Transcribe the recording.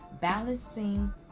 Balancing